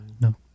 No